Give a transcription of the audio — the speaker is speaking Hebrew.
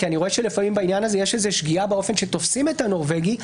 כי אני רואה שלפעמים בעניין הזה יש שגיאה באופן שתופסים את הנורבגי,